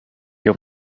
your